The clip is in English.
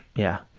yeah.